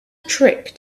trick